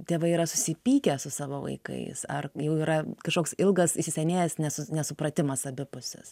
tėvai yra susipykę su savo vaikais ar jau yra kažkoks ilgas įsisenėjęs nesu nesupratimas abipusis